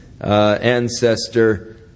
ancestor